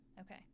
okay